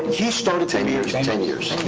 he started ten years. ten years.